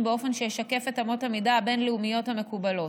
באופן שישקף את אמות המידה הבין-לאומיות המקובלות.